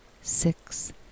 Six